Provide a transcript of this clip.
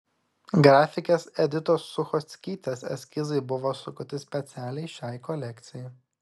grafikės editos suchockytės eskizai buvo sukurti specialiai šiai kolekcijai